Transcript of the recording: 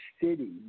city